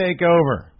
TakeOver